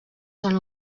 són